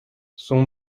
son